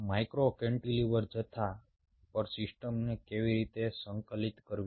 micro cantilever જથ્થા પર સિસ્ટમને કેવી રીતે સંકલિત કરવી